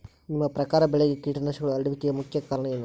ನಿಮ್ಮ ಪ್ರಕಾರ ಬೆಳೆಗೆ ಕೇಟನಾಶಕಗಳು ಹರಡುವಿಕೆಗೆ ಮುಖ್ಯ ಕಾರಣ ಏನು?